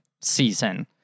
season